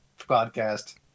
podcast